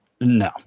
No